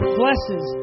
blesses